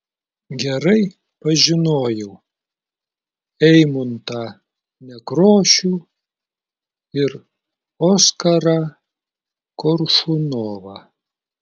gerai pažinojau eimuntą nekrošių ir oskarą koršunovą